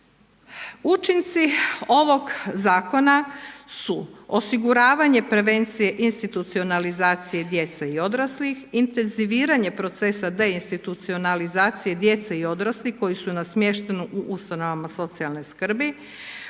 Učinci ovog Zakona su osiguravanje prevencije institucionalizacije djece i odraslih, intenziviranje procesa deinstitucionalizacije djece i odraslih koji su na smještaju u ustanovama socijalne skrbi.